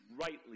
rightly